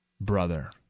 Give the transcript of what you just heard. brother